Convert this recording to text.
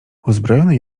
uzbrojony